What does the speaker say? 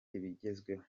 ibigezweho